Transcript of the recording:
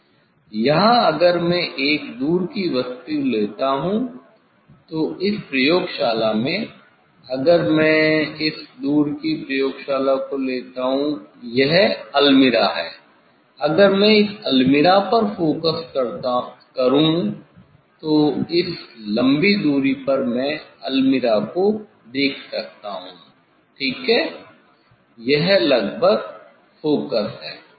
यहाँ अगर मैं एक दूर की वस्तु लेता हूँ तो इस प्रयोगशाला में अगर मैं इस दूर की प्रयोगशाला को लेता हूँ यह अलमीरा है अगर मैं इस अलमीरा पर फोकस करता करूँ तो इस लंबी दूरी पर मैं अलमीरा को देख सकता हूँ ठीक है यह लगभग फोकस है